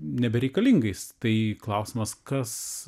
nebereikalingais tai klausimas kas